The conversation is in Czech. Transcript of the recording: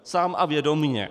Sám a vědomě.